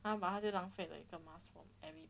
!huh! but 他就浪费了一个 mask from every